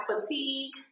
fatigue